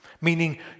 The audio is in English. Meaning